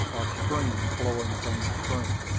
or stream flowing from the spring.